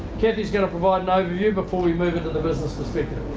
cathy's going to provide an overview before we move into the business perspective.